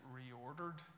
reordered